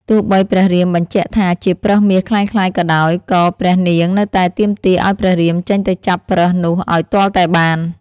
ទោះបីព្រះរាមបញ្ជាក់ថា ជាប្រើសមាសក្លែងក្លាយក៏ដោយ ក៏ព្រះនាងនៅតែទាមទារឱ្យព្រះរាមចេញទៅចាប់ប្រើសនោះឱ្យទាល់តែបាន។